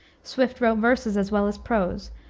swift wrote verses as well as prose,